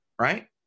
right